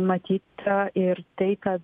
matyt ir tai kad